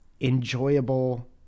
enjoyable